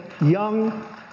young